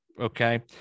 okay